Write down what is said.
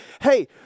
hey